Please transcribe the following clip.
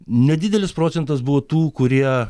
nedidelis procentas buvo tų kurie